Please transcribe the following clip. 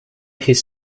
his